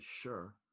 sure